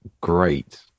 great